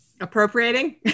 appropriating